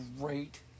great